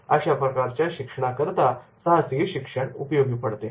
अशा प्रकारच्या शिक्षणाकरता साहसी शिक्षण उपयोगी पडते